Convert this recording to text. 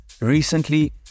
Recently